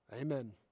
Amen